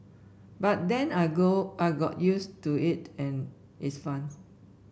but then I I got used to it and its funs